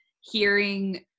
hearing